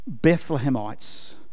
Bethlehemites